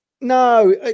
No